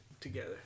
together